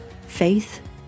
Faith